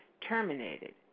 terminated